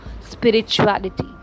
spirituality